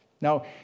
Now